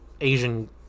Asian